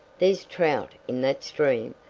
there's trout in that stream,